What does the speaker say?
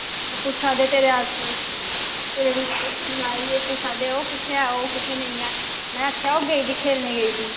ओह् पुच्छै दे तेरे आस्तै तेरे लाई इक पुच्छै दे ओह् कुत्थें ऐ ओह् कुत्थें नेईं ऐ मैं आखेआ ओह् गेदी खेलने गेदी